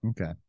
Okay